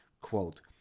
quote